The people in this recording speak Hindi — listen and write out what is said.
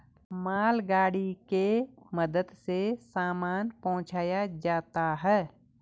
मालगाड़ी के मदद से सामान पहुंचाया जाता है